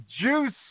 Juice